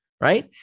right